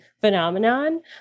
phenomenon